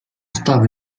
stava